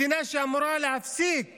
מדינה שאמורה להפסיק